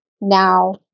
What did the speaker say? now